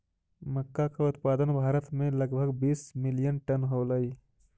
मक्का का उत्पादन भारत में लगभग बीस मिलियन टन होलई